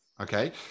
Okay